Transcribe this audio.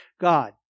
God